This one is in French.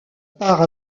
part